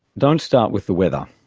don't start with the weather,